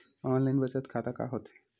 Online बचत खाता का होथे?